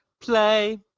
Play